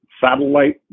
satellite